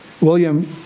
William